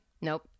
nope